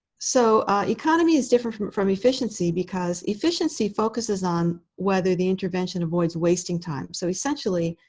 so economy is different from efficiency because efficiency focuses on whether the intervention avoids wasting time. so essentially,